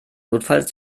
notfalls